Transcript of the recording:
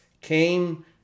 came